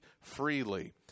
freely